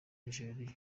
nigeria